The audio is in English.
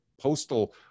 postal